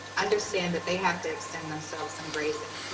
understand that they have to extend themselves some grace and, you